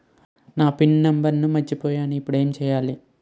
నా pin number మర్చిపోయాను ఇప్పుడు నేను ఎంచేయాలి?